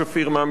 מהמשטרה,